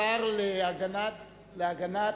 השר וילנאי,